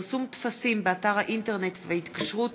(פרסום טפסים באתר האינטרנט והתקשרות